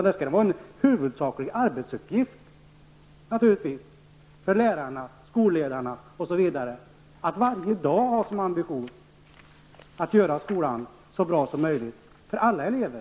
Det skall vara en huvudsaklig arbetsuppgift för lärarna och skolledarna osv. De skall varje dag ha som ambition att göra skolan så bra som möjligt för alla elever.